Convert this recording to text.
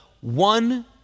one